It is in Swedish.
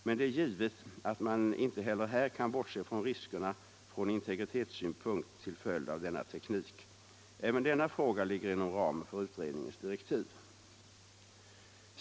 Men det är givet att man inte heller här kan bortse från riskerna. Även denna fråga ligger inom ramen för utredningens direktiv.